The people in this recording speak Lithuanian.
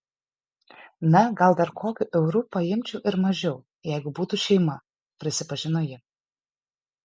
na gal dar kokiu euru paimčiau ir mažiau jeigu būtų šeima prisipažino ji